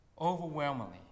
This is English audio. overwhelmingly